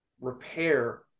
repair